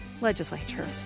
legislature